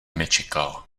nečekal